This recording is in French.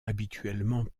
habituellement